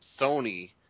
Sony